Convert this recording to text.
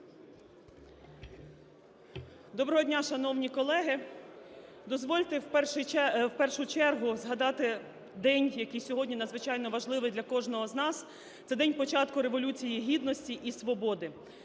Доброго дня, шановні колеги! Дозвольте в першу чергу згадати день, який сьогодні надзвичайно важливий для кожного з нас – це день початку Революції Гідності і Свободи.